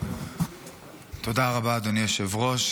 תודה רבה, אדוני היושב-ראש.